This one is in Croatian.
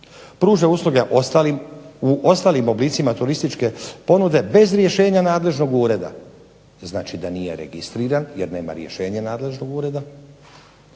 pruža usluge u ostalim oblicima turističke ponude bez rješenja nadležnog ureda, to znači da nije registriran jer nema rješenje nadležnog ureda